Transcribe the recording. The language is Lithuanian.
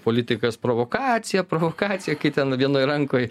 politikas provokacija provokacija kai ten vienoj rankoj